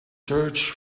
search